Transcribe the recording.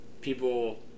people